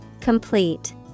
Complete